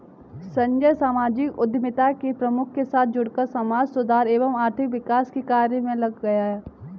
संजय सामाजिक उद्यमिता के प्रमुख के साथ जुड़कर समाज सुधार एवं आर्थिक विकास के कार्य मे लग गया